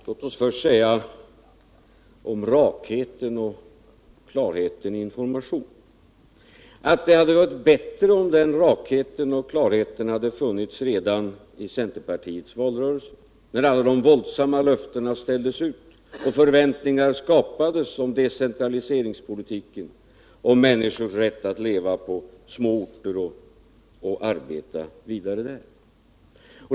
Låt mig först säga när det gäller rakheten och klarheten i information att det hade varit bättre om den rakheten och den klarheten funnits redan i samband med centerpartiets valrörelse, när alla dessa våldsamma löften gavs och när förväntningar skapades på decentraliseringspolitiken och människors rätt att leva på små orter och arbeta vidare där.